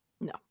no